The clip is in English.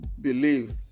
believe